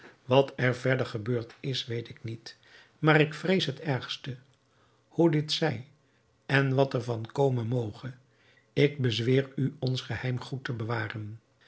wat er verder gebeurd is weet ik niet maar ik vrees het ergste hoe dit zij en wat er van komen moge ik bezweer u ons geheim goed te bewaren